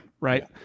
right